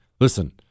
Listen